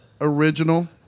original